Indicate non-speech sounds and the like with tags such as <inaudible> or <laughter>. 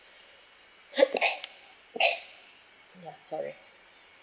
<noise> ya sorry